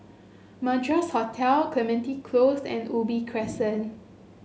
Madras Hotel Clementi Close and Ubi Crescent